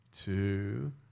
two